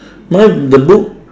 mine the book